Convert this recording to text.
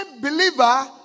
believer